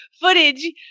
footage